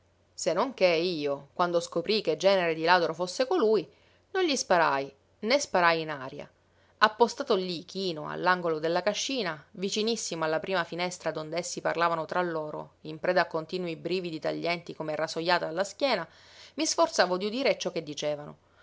se non che io quando scoprii che genere di ladro fosse colui non gli sparai né sparai in aria appostato lí chino all'angolo della cascina vicinissimo alla prima finestra donde essi parlavano tra loro in preda a continui brividi taglienti come rasojate alla schiena mi sforzavo di udire ciò che dicevano